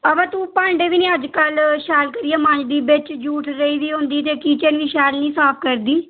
अबा तू भांडे बी निं अजकल शैल करियै मांजदी बिच जूठ रेही दी होंदी ते किचन बी शैल निं साफ करदी